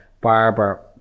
barber